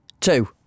two